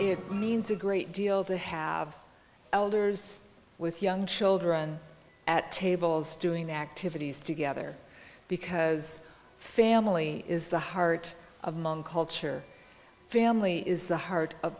it means a great deal to have elders with young children at tables doing activities together because family is the heart of among culture family is the heart of